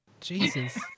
Jesus